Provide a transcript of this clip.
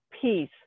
peace